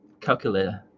calculator